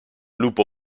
lupo